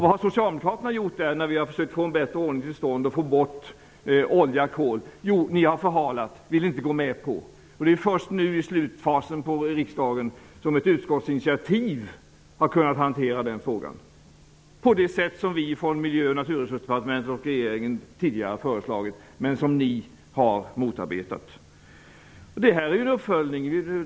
Vad har Socialdemokraterna gjort när vi har försökt att få en bättre ordning till stånd i fråga om att få bort olja och kol? Jo, ni har förhalat och inte velat gå med. Det är först i slutfasen på riksdagsåret som man genom ett utskottsinitiativ har kunnat hantera den frågan på det sätt som vi från Miljö och naturresursdepartementet och regeringen tidigare har föreslagit. Men det har ni motarbetat. Detta är ju en uppföljning.